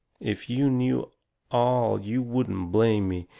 if you knew all you wouldn't blame me.